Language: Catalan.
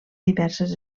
diverses